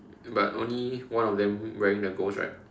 but only one of them wearing the ghost right